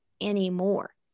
anymore